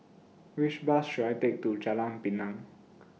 Which Bus should I Take to Jalan Pinang